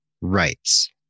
rights